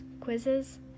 quizzes